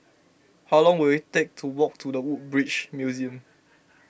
how long will it take to walk to the Woodbridge Museum